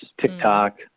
TikTok